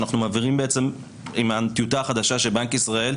שאנחנו מעבירים טיוטה חדשה של בנק ישראל,